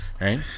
right